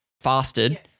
fasted